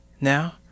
Now